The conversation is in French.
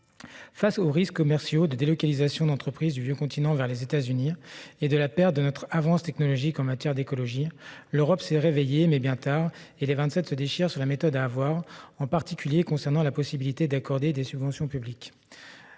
Face aux risques commerciaux, aux menaces de délocalisation d'entreprises du vieux continent vers les États-Unis et à la perte de notre avance technologique en matière d'écologie, l'Europe s'est réveillée, mais bien tard. Qui plus est, les Vingt-Sept se déchirent sur la méthode, en particulier quant à la possibilité d'accorder des subventions publiques